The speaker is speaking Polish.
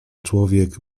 człowiek